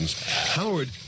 Howard